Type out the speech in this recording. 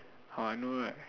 hor I know right